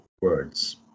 words